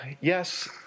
yes